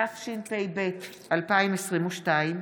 התשפ"ב 2022,